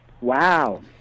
Wow